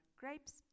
grapes